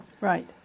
Right